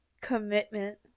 commitment